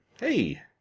Hey